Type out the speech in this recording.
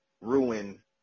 ruin